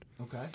okay